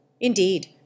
Indeed